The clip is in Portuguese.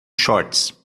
shorts